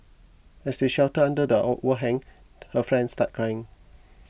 as they sheltered under the overhang her friend started crying